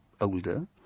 older